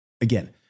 Again